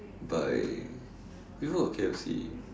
by Vivo got K_F_C